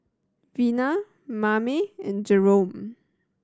Vina Mame and Jerome